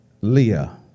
leah